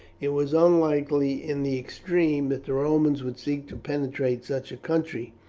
it was unlikely in the extreme that the romans would seek to penetrate such a country,